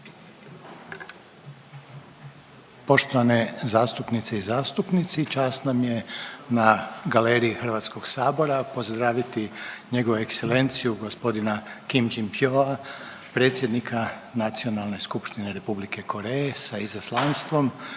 Poštovane zastupnice i zastupnici čast nam je na galeriji Hrvatskog sabora pozdraviti njegovu ekselenciju gospodina Kim Jin Pyoa predsjednika Nacionalne skupštine Republike Koreje sa izaslanstvom